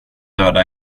döda